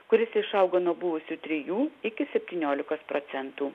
kuris išaugo nuo buvusių trijų iki septyniolikos procentų